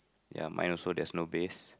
ya mine also there's no base